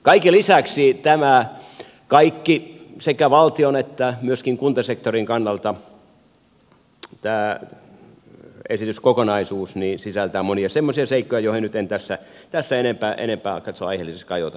kaiken lisäksi tämä esityskokonaisuus sisältää sekä valtion että myöskin kuntasektorin kannalta monia semmoisia seikkoja joihin nyt en tässä enempää katso aiheelliseksi kajota